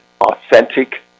authentic